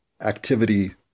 activity